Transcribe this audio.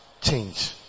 change